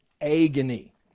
agony